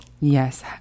Yes